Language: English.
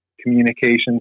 communications